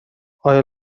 آیا